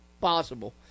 Possible